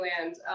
land